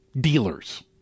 dealers